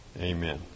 Amen